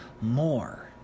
more